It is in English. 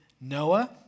Noah